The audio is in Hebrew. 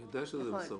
אני יודע שזה מסרבל.